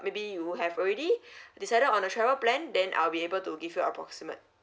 maybe you have already decided on a travel plan then I'll be able to give you approximate